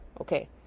okay